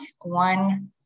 one